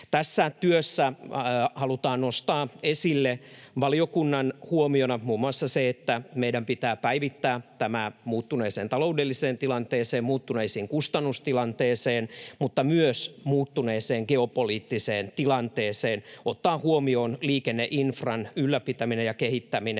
Tässä työssä halutaan nostaa esille valiokunnan huomiona muun muassa se, että meidän pitää päivittää tämä muuttuneeseen taloudelliseen tilanteeseen, muuttuneeseen kustannustilanteeseen, mutta myös muuttuneeseen geopoliittiseen tilanteeseen ottaen huomioon liikenneinfran ylläpitäminen ja kehittäminen